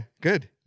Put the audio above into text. Good